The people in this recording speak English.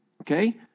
okay